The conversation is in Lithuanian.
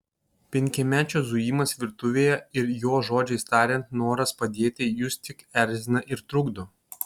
penkiamečio zujimas virtuvėje ir jo žodžiais tariant noras padėti jus tik erzina ir trukdo